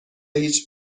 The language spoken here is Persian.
هیچ